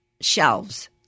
shelves